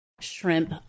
shrimp